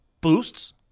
boosts